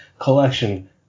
collection